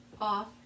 off